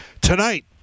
Tonight